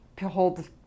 hold